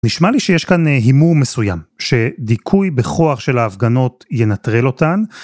נשמע לי שיש כאן הימור מסוים שדיכוי בכוח של ההפגנות ינטרל אותן